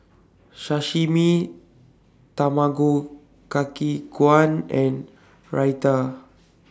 Sashimi Tamago Kake Gohan and Raita